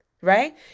right